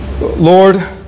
Lord